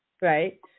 right